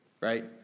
right